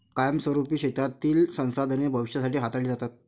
कायमस्वरुपी शेतीतील संसाधने भविष्यासाठी हाताळली जातात